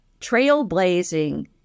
trailblazing